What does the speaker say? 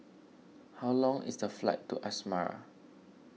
how long is the flight to Asmara